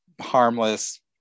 harmless